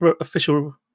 official